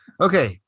Okay